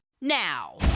now